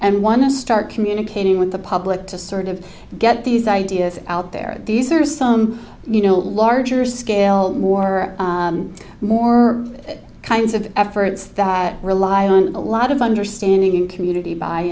and want to start communicating with the public to sort of get these ideas out there these are some you know larger scale war more kinds of efforts that rely on a lot of understanding in community by